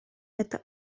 это